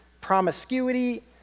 promiscuity